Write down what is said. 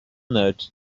note